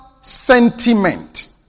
sentiment